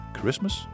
Christmas